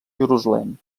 jerusalem